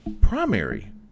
primary